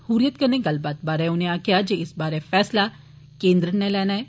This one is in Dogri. हुर्रियत कन्ने गल्लबात बारै उनें आक्खेया जे इस बारै फैसला केंद्र नै लैना ऐ